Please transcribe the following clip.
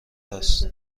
است